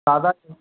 सादा